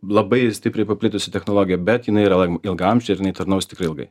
labai stipriai paplitusi technologija bet jinai yra ilgaamžė ir jinai tarnaus tikrai ilgai